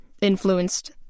influenced